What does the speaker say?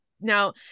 Now